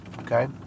okay